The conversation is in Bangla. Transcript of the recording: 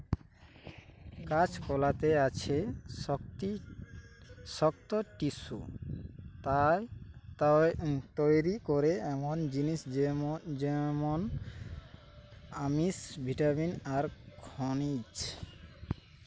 কাঁচকলাতে আছে শক্ত টিস্যু তইরি করে এমনি জিনিস যেমন আমিষ, ভিটামিন আর খনিজ